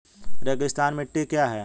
रेगिस्तानी मिट्टी क्या है?